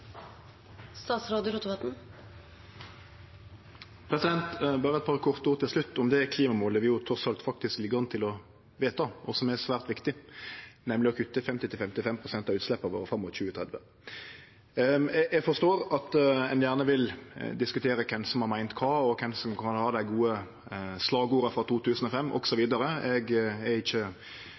Berre eit par korte ord til slutt om det klimamålet vi faktisk ligg an til å vedta, og som er svært viktig, nemleg å kutte 50–55 pst. av utsleppa våre fram mot 2030. Eg forstår at ein gjerne vil diskutere kven som har meint kva, og kven som kan ha dei gode slagorda frå 2005 osv., eg er ikkje